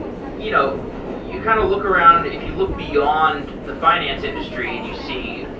you know you kind of look around if you look beyond the finance industry and you see,